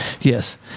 yes